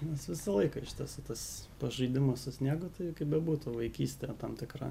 nes visą laiką iš tiesų tas pažaidimas su sniegu tai kaip bebūtų vaikystė tam tikra